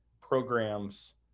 programs